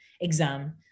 exam